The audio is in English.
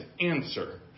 answer